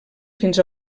fins